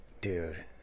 dude